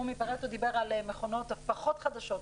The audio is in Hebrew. הנציג מפארטו דיבר על מכונות פחות חדשות.